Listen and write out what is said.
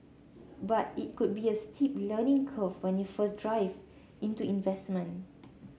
but it could be a steep learning curve when you first dive into investment